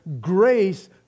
grace